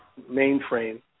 mainframe